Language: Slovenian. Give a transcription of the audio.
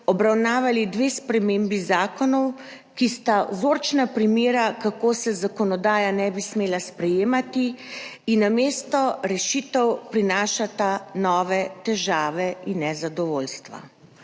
obravnavali dve spremembi zakonov, ki sta vzorčna primera, kako se zakonodaje ne bi smelo sprejemati, in namesto rešitev prinašata nove težave in nezadovoljstva.